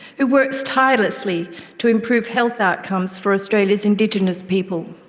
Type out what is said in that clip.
who works tirelessly to improve health outcomes for australia's indigenous people.